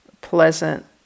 pleasant